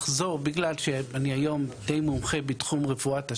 תחזור בגלל שאני היום די מומחה בתחום רפואת השד.